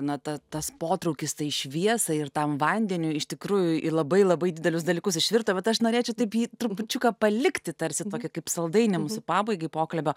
na ta tas potraukis tai šviesai ir tam vandeniui iš tikrųjų į labai labai didelius dalykus išvirto bet aš norėčiau taip jį trupučiuką palikti tarsi tokį kaip saldainį mūsų pabaigai pokalbio